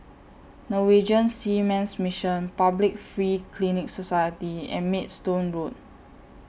Norwegian Seamen's Mission Public Free Clinic Society and Maidstone Road